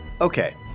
okay